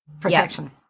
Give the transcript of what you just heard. protection